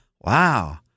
Wow